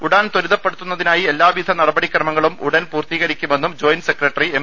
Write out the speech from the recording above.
ഉഡാൻ ത്വരിതപ്പെടുത്തുന്നതിനായി എല്ലാവിധ നടപടിക്രമങ്ങളും ഉടൻ പൂർത്തീകരിക്കുമെന്നും ജോയിന്റ് സെക്രട്ടറി എം